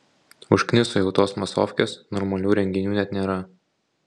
užkniso jau tos masofkės normalių renginių net nėra